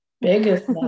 Biggest